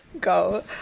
go